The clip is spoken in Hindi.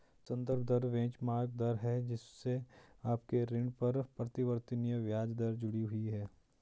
संदर्भ दर बेंचमार्क दर है जिससे आपके ऋण पर परिवर्तनीय ब्याज दर जुड़ी हुई है